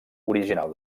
original